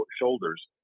shoulders